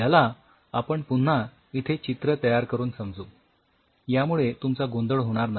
याला आपण पुन्हा इथे चित्र तयार करून समजू यामुळे तुमचा गोंधळ होणार नाही